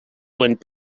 went